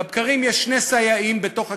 בבקרים יש שני סייעים בתוך הכיתה,